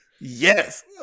Yes